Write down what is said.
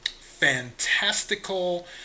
Fantastical